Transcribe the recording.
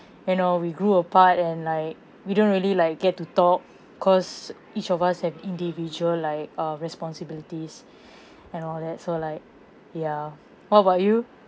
you know we grew apart and like we don't really like get to talk cause each of us have individual like uh responsibilities and all that so like ya what about you